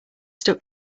stuck